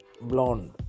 blonde